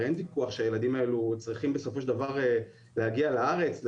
הרי אין ויכוח שהילדים האלו צריכים בסופו של דבר להגיע לארץ,